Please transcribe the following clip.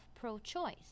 pro-choice